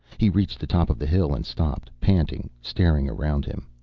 he reached the top of the hill and stopped, panting, staring around him.